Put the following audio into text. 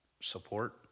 support